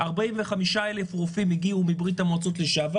45,000 רופאים הגיעו מברית המועצות לשעבר,